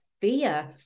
fear